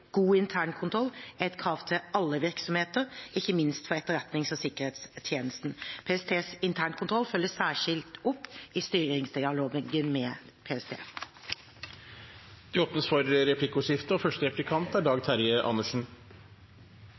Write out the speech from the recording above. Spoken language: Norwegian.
God internkontroll er et krav til alle virksomheter, ikke minst for etterretnings- og sikkerhetstjenestene. PSTs internkontroll følges særskilt opp i styringsdialogen med PST. Det blir replikkordskifte. Jeg har forståelse for at det kanskje ikke er